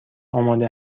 آماده